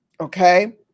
Okay